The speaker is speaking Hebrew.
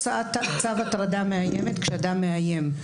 הוצאת צו הטרדה מאיימת כשאדם מאיים.